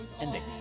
ending